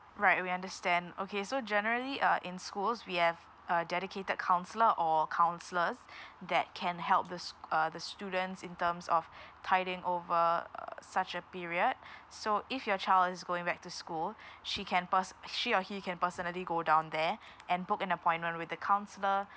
right we understand okay so generally uh in schools we have a dedicated counsellor or counsellors that can help the sch~ uh the students in terms of tiding over uh such a period so if your child is going back to school she can pers~ she or he can personally go down there and book an appointment with the counsellor